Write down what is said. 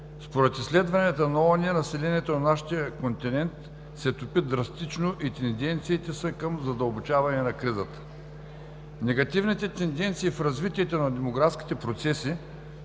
Според изследванията на ООН населението на нашия континент се топи драстично и тенденциите са към задълбочаване на кризата. Негативните тенденции в развитието на демографските процеси